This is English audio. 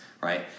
right